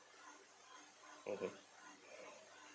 mmhmm